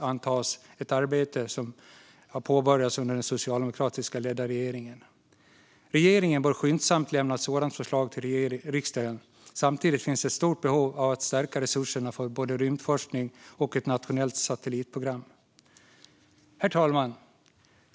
Det är ett arbete som påbörjades under den socialdemokratiskt ledda regeringen. Regeringen bör skyndsamt lämna ett sådant förslag till riksdagen. Samtidigt finns det ett stort behov av att stärka resurserna för både rymdforskning och ett nationellt satellitprogram. Herr talman!